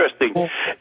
interesting